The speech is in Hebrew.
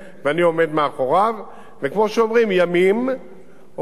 ימים או שנים ספורות יגידו.